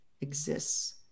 exists